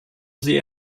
see